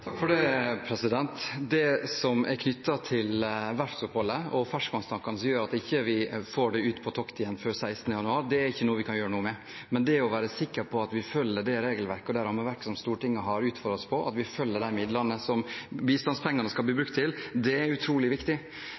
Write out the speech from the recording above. Det som er knyttet til verftsoppholdet for ferskvannstankene, og som gjør at vi ikke får det ut på tokt igjen før 16. januar, er ikke noe vi kan gjøre noe med. Men det å være sikker på at vi følger det regelverket som Stortinget har vedtatt for hva bistandspengene skal brukes til, er utrolig viktig. Derfor har vi